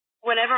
whenever